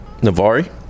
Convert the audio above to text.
Navari